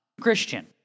Christian